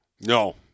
No